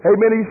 Amen